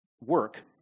work